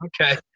okay